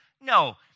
No